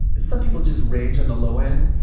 some people just range in the low end,